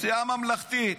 נסיעה ממלכתית.